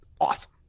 awesome